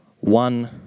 one